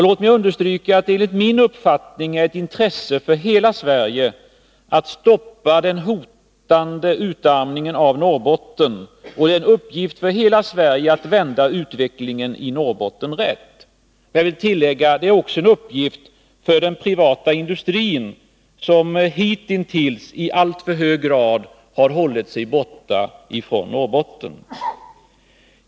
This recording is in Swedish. Låt mig understryka att det enligt min uppfattning är ett intresse för hela Sverige att stoppa den hotande utarmningen av Norrbotten. Det är en uppgift för hela Sverige att vända utvecklingen i Norrbotten rätt. Jag vill tillägga att det också är en uppgift för den privata industrin, som hitintills i alltför hög grad har hållit sig borta från Norrbotten.